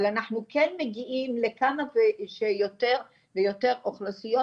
אבל אנחנו כן מגיעים לכמה שיותר ויותר אוכלוסיות,